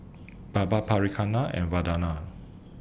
Baba Priyanka and Vandana